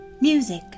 music